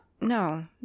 no